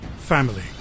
Family